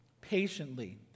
patiently